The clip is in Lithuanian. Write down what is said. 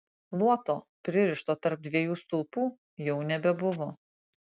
luoto pririšto tarp dviejų stulpų jau nebebuvo